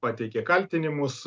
pateikė kaltinimus